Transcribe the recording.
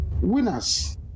Winners